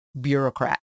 bureaucrat